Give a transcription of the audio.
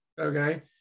Okay